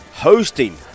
Hosting